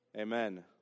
Amen